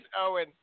Owen